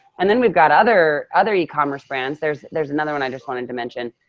and then we've got other other e-commerce brands. there's there's another one i just wanted to mention,